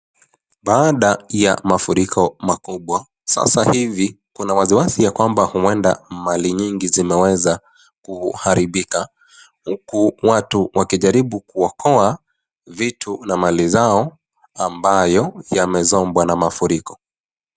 Baada ya mfuriko makubwa, sasa hivi kuna wasiwasi ya kwamba huenda mali nyingi izimeweza kuharibika, huku watu wakijaribu kuokoa vitu na mali zao ambayo yamesombwa na mafuriko.